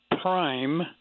Prime